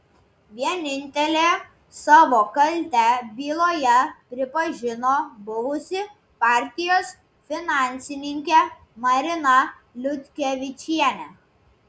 vienintelė savo kaltę byloje pripažino buvusi partijos finansininkė marina liutkevičienė